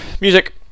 Music